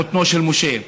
חותנו של משה.